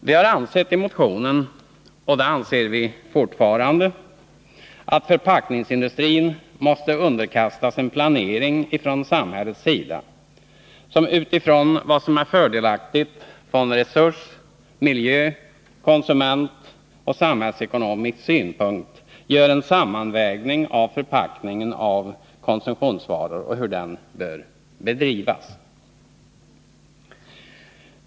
Vi har ansett i motionen — och anser fortfarande — att förpackningsindustrin måste underkastas en planering från samhällets sida som utifrån vad som är fördelaktigast från resurs-, miljö-, konsumentoch samhällsekonomisk synpunkt gör en sammanvägning av hur förpackningen av konsumtionsvaror bör bedrivas.